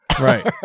right